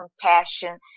compassion